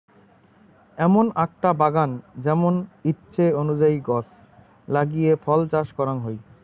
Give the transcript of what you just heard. এমন আকটা বাগান যেমন ইচ্ছে অনুযায়ী গছ লাগিয়ে ফল চাষ করাং হই